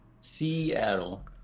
Seattle